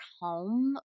home